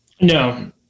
No